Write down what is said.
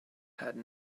had